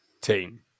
team